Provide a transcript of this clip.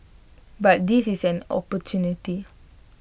but this is an opportunity